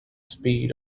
speed